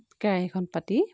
কেৰাহীখন পাতি